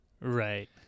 Right